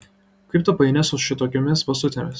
kaip tu paeini su šitokiomis basutėmis